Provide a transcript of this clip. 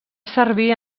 servir